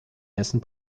hessen